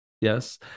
Yes